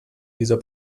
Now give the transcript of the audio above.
dieser